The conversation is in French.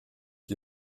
qui